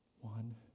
one